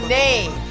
name